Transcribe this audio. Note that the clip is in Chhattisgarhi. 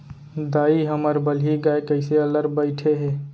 दाई, हमर बलही गाय कइसे अल्लर बइठे हे